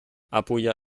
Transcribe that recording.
abuja